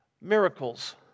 Miracles